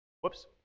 Whoops